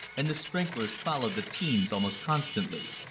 and the sprinklers followed the teams almost constantly.